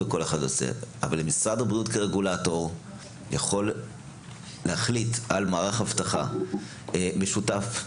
אבל משרד הבריאות כרגולטור יכול להחליט על מערך אבטחה משותף,